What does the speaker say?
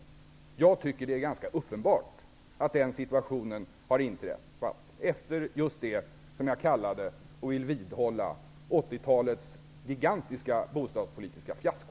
Jag tycker att det är ganska uppenbart att den situationen har uppstått efter just det som jag kallar, och jag vill vidhålla det, 80-talets gigantiska bostadspolitiska fiasko.